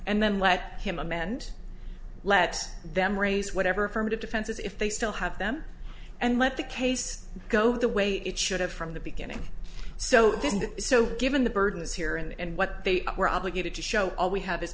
and then let him amend let them raise whatever affirmative defenses if they still have them and let the case go the way it should have from the beginning so then so given the burden is here and what they were obligated to show all we ha